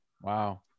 Wow